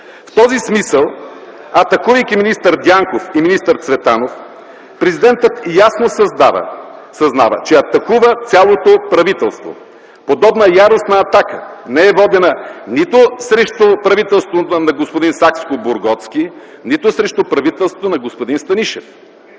В този смисъл, атакувайки министър Дянков и министър Цветанов, президентът ясно съзнава, че атакува цялото правителство. Подобна яростна атака не е водена нито срещу правителството на господин Сакскобургготски, нито срещу правителството на господин Станишев.